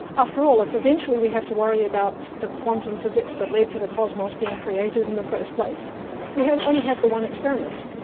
after all, if eventually we have to worry about the quantum physics that led to the cosmos being created in the first place we only have the one experiment.